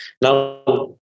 Now